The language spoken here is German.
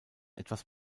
etwas